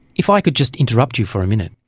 if i could just interrupt you for a minute,